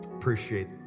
Appreciate